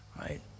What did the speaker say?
Right